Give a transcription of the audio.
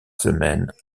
semaines